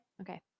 okay